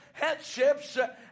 headships